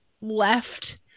left